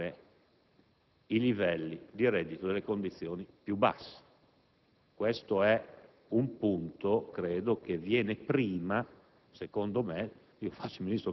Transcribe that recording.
rimboccare i livelli di reddito delle condizioni più basse. Questo è un punto che io credo venga prima